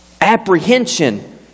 Apprehension